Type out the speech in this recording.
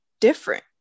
different